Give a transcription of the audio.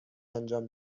انجام